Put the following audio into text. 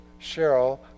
Cheryl